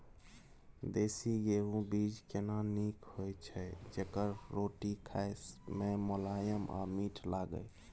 देसी गेहूँ बीज केना नीक होय छै जेकर रोटी खाय मे मुलायम आ मीठ लागय?